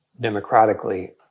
democratically